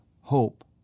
hope